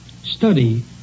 study